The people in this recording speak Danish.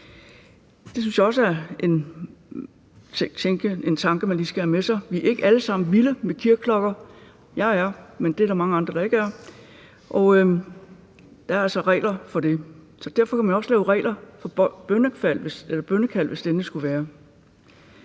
også er en tanke, man lige skal have med sig: Vi er ikke alle sammen vilde med kirkeklokker. Jeg er, men det er der mange andre der ikke er. Og der er altså regler for det. Derfor kan man også lave regler for folks bønnekald, hvis det endelig skulle være.